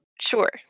Sure